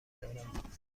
دارم